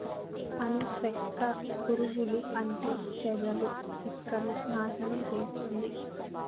అను సెక్క పురుగులు అంటే చెదలు సెక్కను నాశనం చేస్తుంది